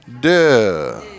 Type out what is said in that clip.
Duh